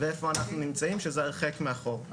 ואיפה אנחנו נמצאים שזה הרחק מהחוק.